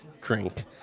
drink